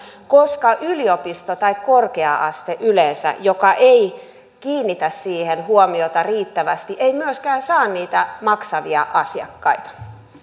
koska yliopisto tai korkea aste yleensä joka ei kiinnitä siihen huomiota riittävästi ei myöskään saa niitä maksavia asiakkaita